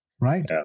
right